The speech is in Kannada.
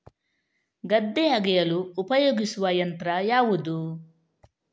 ಗದ್ದೆ ಅಗೆಯಲು ಉಪಯೋಗಿಸುವ ಯಂತ್ರ ಯಾವುದು?